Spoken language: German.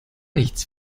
nichts